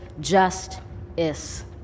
just-is